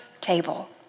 table